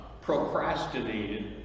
procrastinated